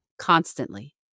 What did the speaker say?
constantly